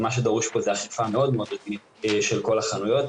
ומה שדרוש פה זה אכיפה מאוד רצינית של כל החנויות.